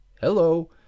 Hello